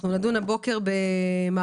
בוקר טוב,